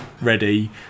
ready